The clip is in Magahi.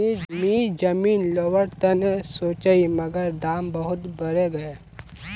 मी जमीन लोवर तने सोचौई मगर दाम बहुत बरेगये